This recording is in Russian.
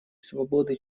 свободы